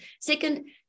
Second